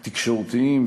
התקשורתיים.